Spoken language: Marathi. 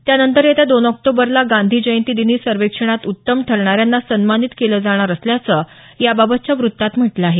त्या नंतर येत्या दोन ऑक्टोबरला गांधी जयंती दिनी सर्वेक्षणात उत्तम ठरणाऱ्यांना सन्मानित केलं जाणार असल्याचं याबाबतच्या वृत्तात म्हटलं आहे